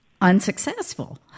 unsuccessful